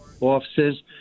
offices